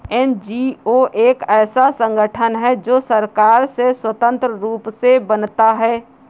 NGO एक ऐसा संगठन है जो सरकार से स्वतंत्र रूप से बनता है